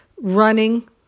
running